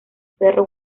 perro